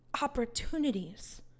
opportunities